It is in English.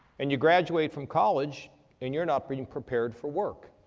and you graduate from college and you're not being prepared for work.